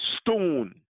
stone